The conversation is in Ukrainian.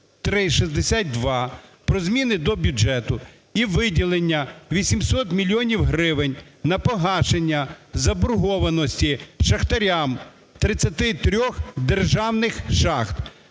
8362 про зміни до бюджету і виділення 800 мільйонів гривень на погашення заборгованості шахтарям, 33-х державних шахт.